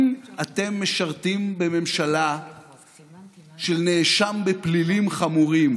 אם אתם משרתים בממשלה של נאשם בפלילים חמורים,